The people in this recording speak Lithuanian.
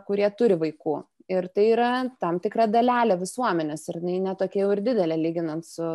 kurie turi vaikų ir tai yra tam tikra dalelė visuomenės ir jinai ne tokia jau ir didelė lyginant su